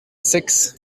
seix